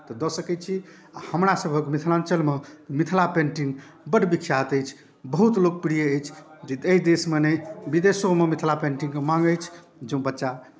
तऽ दऽ सकै छी आ हमरासभक मिथिलाञ्चलमे मिथिला पेन्टिंग बड्ड विख्यात अछि बहुत लोकप्रिय अछि एहि देशमे नहि विदेशोमे मिथिला पेन्टिंगके मांग अछि जँ बच्चा